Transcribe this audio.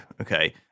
Okay